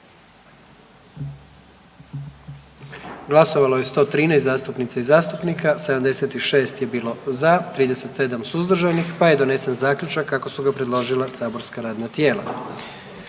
Glasovalo je 124 zastupnika i zastupnica, 117 za, 7 suzdržanih te je na taj način donesen zaključak kako su ga predložila saborska radna tijela.